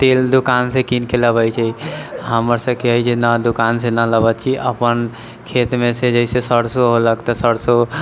तेल दोकान से कीनके लबैत छै हमर सबके हइ जे नहि दोकानसँ नहि लाबैत हियै अपन खेतमे से जैसे सरसो होलक तऽ सरसो